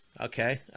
okay